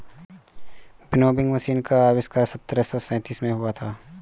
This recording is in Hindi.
विनोविंग मशीन का आविष्कार सत्रह सौ सैंतीस में हुआ था